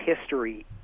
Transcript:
history